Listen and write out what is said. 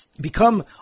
become